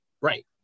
right